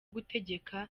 gutegeka